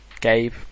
Gabe